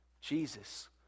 Jesus